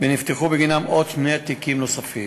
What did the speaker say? ונפתחו בגינן שני תיקים נוספים.